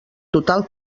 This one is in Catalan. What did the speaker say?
total